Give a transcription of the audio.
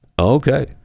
okay